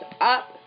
up